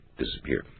disappear